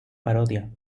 parodia